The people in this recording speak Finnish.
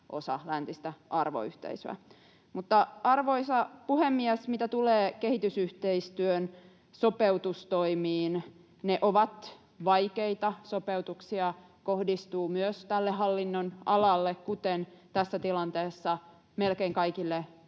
osa läntistä arvoyhteisöä. Arvoisa puhemies! Mitä tulee kehitysyhteistyön sopeutustoimiin, ne ovat vaikeita sopeutuksia, joita kohdistuu myös tälle hallinnonalalle, kuten tässä tilanteessa melkein kaikille